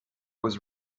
was